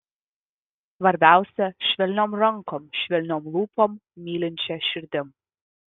svarbiausia švelniom rankom švelniom lūpom mylinčia širdim